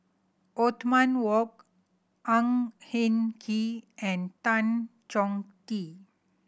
Othman Wok Ang Hin Kee and Tan Chong Tee